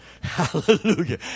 Hallelujah